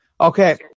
okay